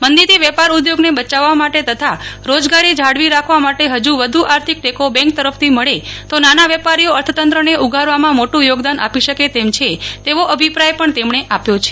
મંદીથી વેપાર ઉદ્યોગ ને બચાવવા માટે તથા રોજ્ગારી જાળવી રાખવા માટે હજુ વધુ આર્થિક ટેકો બેંક તરફથી મળે તો નાના વેપારીઓ અર્થતંત્રને ઉગારવામાં મોટું યોગદાન આપી શકે તેમ છે તેવો અભિપ્રાય પણ તેમણે આપ્યો છે